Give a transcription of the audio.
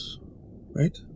right